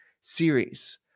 series